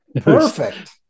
Perfect